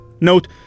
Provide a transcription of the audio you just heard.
Note